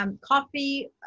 Coffee